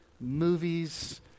movies